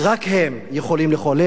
רק הם יכולים לחולל,